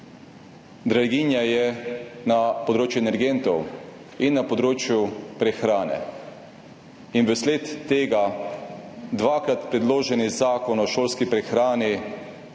Draginja je na področju energentov in na področju prehrane in vsled tega dvakrat predložen zakon o šolski prehrani